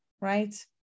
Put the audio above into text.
right